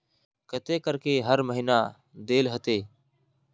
केते करके हर महीना देल होते?